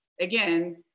again